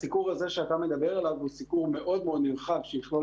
הסיקור הזה שאתה מדבר עליו הוא סיקור מאוד מאוד נרחב שיכלול